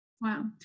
Wow